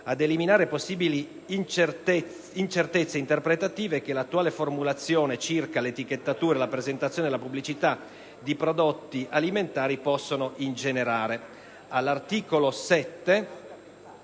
ad eliminare possibili incertezze interpretative che l'attuale formulazione della normativa circa l'etichettatura, la presentazione e la pubblicità dei prodotti alimentari può ingenerare.